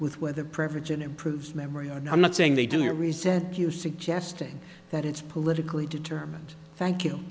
with whether privilege and improves memory and i'm not saying they do a reset you suggesting that it's politically determined thank you